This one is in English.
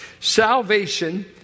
Salvation